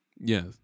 Yes